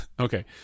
Okay